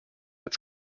its